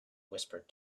whispered